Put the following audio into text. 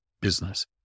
business